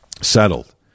settled